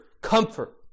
comfort